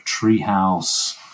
treehouse